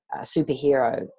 superhero